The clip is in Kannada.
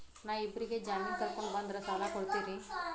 ನಾ ಇಬ್ಬರಿಗೆ ಜಾಮಿನ್ ಕರ್ಕೊಂಡ್ ಬಂದ್ರ ಸಾಲ ಕೊಡ್ತೇರಿ?